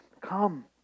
come